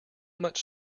much